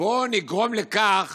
בואו נגרום לכך